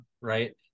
Right